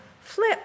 flip